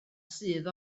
sydd